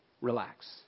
Relax